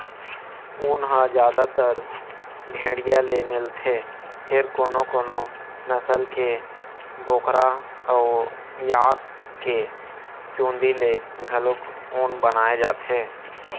ऊन ह जादातर भेड़िया ले मिलथे फेर कोनो कोनो नसल के बोकरा अउ याक के चूंदी ले घलोक ऊन बनाए जाथे